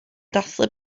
dathlu